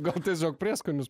gal tiesiog prieskonius